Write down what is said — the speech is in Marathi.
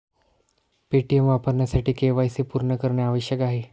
पेटीएम वापरण्यासाठी के.वाय.सी पूर्ण करणे आवश्यक आहे